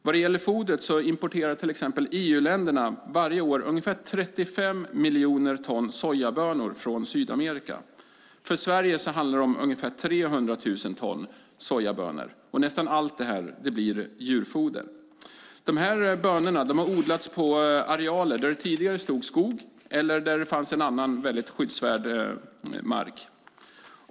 Vad gäller fodret importerar till exempel EU-länderna varje år ungefär 35 miljoner ton sojabönor från Sydamerika. För Sverige handlar det om ungefär 300 000 ton sojabönor. Nästan allt detta blir djurfoder. Bönorna har odlats på arealer där det tidigare stod skog eller där det fanns en annan väldigt skyddsvärd mark.